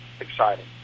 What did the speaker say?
exciting